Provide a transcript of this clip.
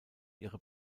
ihre